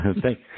Thank